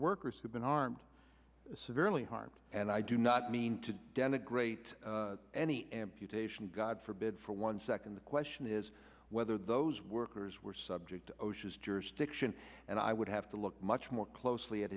workers who've been armed severely harmed and i do not mean to denigrate any amputation god forbid for one second the question is whether those workers were subject osha's jurisdiction and i would have to look much more closely at